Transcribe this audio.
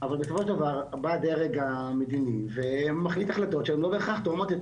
אבל בסופו של דבר בא הדרג המדיני ומחליט החלטות שהן לא בהכרח תורמות את